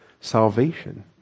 salvation